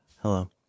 Hello